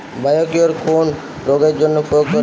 Biocure কোন রোগেরজন্য প্রয়োগ করে?